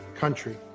country